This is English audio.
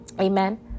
Amen